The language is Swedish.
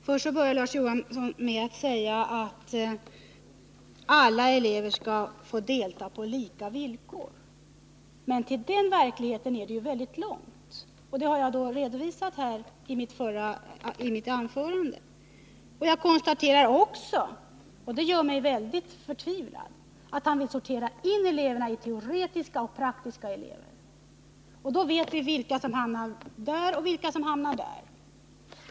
Herr talman! Larz Johansson börjar med att säga att alla elever skall få delta på lika villkor. Men till den verkligheten är det väldigt långt, och det har jag redovisat i mitt förra anförande. Jag konstaterar också att han — och det gör mig förtvivlad — vill sortera in eleverna i sådana som har teoretiska förutsättningar och sådana som har praktiska. Vi vet vilka som hamnar i det ena facket och vilka som hamnar i det andra.